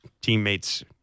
teammates